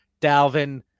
Dalvin